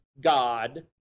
God